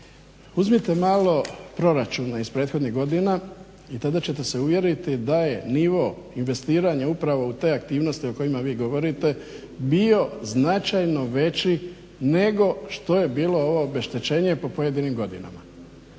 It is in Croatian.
Uzmite malo proračun iz prethodnih godina i tada ćete se uvjeriti da je nivo investiranja upravo u te aktivnosti o kojima vi govorite bio značajno veći nego što je bilo ovo obeštećenje po pojedinim godina.